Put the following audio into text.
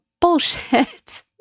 bullshit